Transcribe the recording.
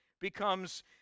becomes